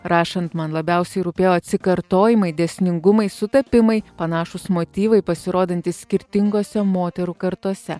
rašant man labiausiai rūpėjo atsikartojimai dėsningumai sutapimai panašūs motyvai pasirodantys skirtingose moterų kartose